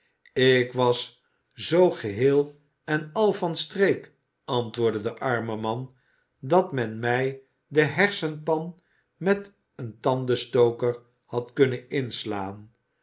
ik was zoo geheel en al van streek antwoordde de arme man dat men mij de hersenpan met een tandenstoker had kunnen inslaan